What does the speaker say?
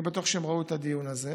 אני בטוח שהם ראו את הדיון הזה.